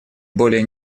более